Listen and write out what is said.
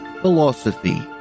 Philosophy